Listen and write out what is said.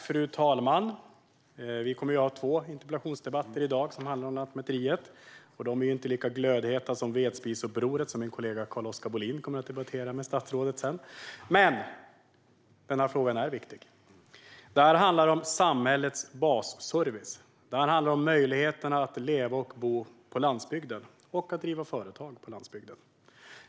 Fru talman! Vi kommer att ha två interpellationsdebatter i dag som handlar om Lantmäteriet. De är inte lika glödheta som den om vedspisupproret som min kollega Carl-Oskar Bohlin kommer att debattera med statsrådet sedan, men denna fråga är viktig. Det här handlar om samhällets basservice. Det här handlar om möjligheterna att leva och bo på landsbygden och att driva företag på landsbygden.